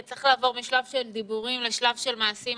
צריך לעבור משלב של דיבורים לשלב של מעשים.